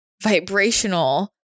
vibrational